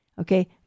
Okay